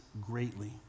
greatly